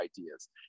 ideas